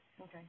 Okay